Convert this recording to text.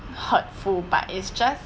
hurtful but it's just